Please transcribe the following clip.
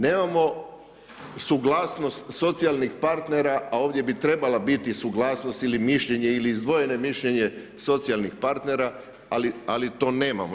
Nemamo suglasnost socijalnih partnera, a ovdje bi trebala biti suglasnost ili mišljenje, ili izdvojeno mišljenje socijalnih partnera, ali to nemamo.